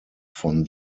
von